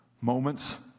moments